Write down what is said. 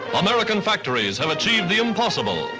american factories have achieved the impossible.